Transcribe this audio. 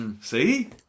See